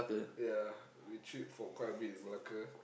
ya we chilled for quite a bit in Malacca